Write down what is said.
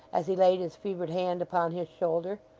as he laid his fevered hand upon his shoulder,